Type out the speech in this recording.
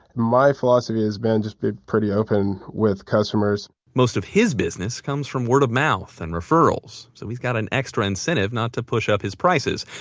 my philosophy has always been just be pretty open with customers. most of his business comes from word of mouth and referrals, so he's got an extra incentive not to push up his prices.